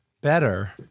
better